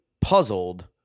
puzzled